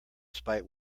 spite